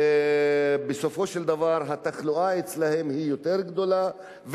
בסופו של דבר התחלואה אצלם יותר גדולה,